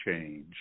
change